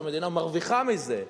המדינה מרוויחה מזה,